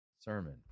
sermon